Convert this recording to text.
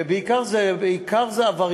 ובעיקר אלה עבריינים,